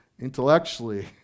Intellectually